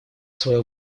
свое